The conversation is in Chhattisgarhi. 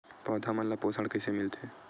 पौधा मन ला पोषण कइसे मिलथे?